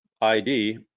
ID